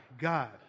God